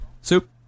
Soup